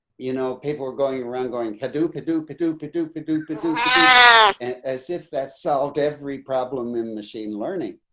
you know, people are going around going to yeah dupa dupa, dupa, dupa, dupa dupa. do as if that's solved every problem in machine learning.